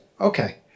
okay